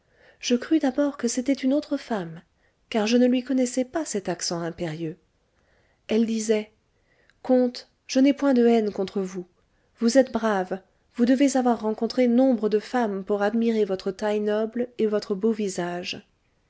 je crus d'abord que c'était une autre femme car je ne lui connaissais pas cet accent impérieux elle disait comte je n'ai point de haine contre vous vous êtes brave vous devez avoir rencontré nombre de femmes pour admirer votre taille noble et votre beau visage